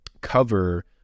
cover